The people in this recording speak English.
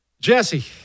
Jesse